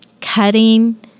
cutting